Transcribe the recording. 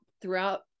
throughout